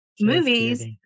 movies